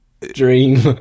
dream